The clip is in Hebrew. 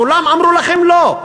כולם אמרו לכם לא,